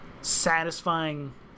satisfying